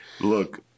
look